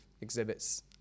exhibits